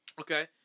okay